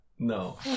No